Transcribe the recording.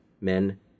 men